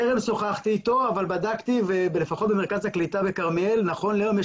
טרם שוחחתי אתו אבל בדקתי ולפחות במרכז הקליטה בכרמיאל נכון להיום,